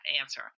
answer